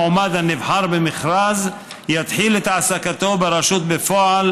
מועמד הנבחר במכרז יתחיל את העסקתו ברשות בפועל